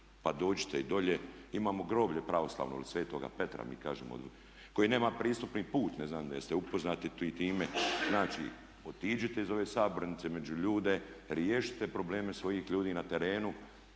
pa dođite i dolje. Imamo groblje pravoslavno Svetoga Petra koje nema ni pristupni put, ne znam jeste li upoznati time? Znači otiđite iz ove sabornice među ljude, riješite probleme svih ljudi na terenu.